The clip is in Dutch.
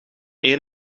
één